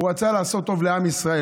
רצה לעשות טוב לעם ישראל.